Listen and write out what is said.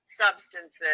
substances